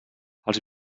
els